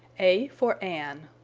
a for an.